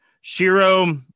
Shiro